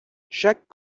jacques